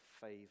favor